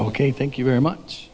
ok thank you very much